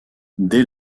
dès